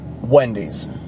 Wendy's